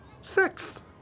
sex